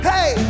Hey